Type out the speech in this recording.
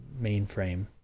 mainframe